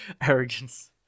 arrogance